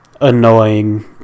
annoying